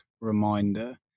reminder